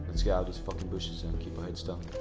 let's get out of these fucking bushes and keep our heads